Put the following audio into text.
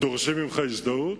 דורשים ממך הזדהות?